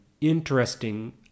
interesting